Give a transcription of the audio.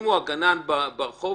אם הוא הגנן ברחוב,